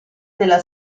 della